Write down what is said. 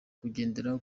kugendera